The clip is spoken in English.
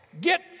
Get